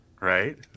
Right